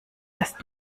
erst